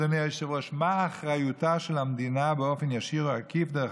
אדוני היושב-ראש: מה אחריותה של המדינה באופן ישיר או עקיף דרך